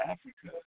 Africa